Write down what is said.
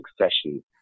succession